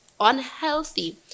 unhealthy